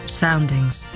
soundings